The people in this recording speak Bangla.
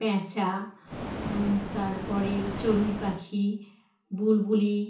প্যাঁচা তার পরে চড়ুই পাখি বুলবুলি